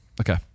Okay